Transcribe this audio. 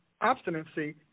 obstinacy